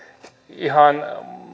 ihan